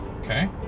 okay